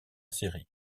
série